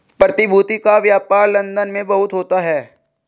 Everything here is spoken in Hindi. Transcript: प्रतिभूति का व्यापार लन्दन में बहुत होता है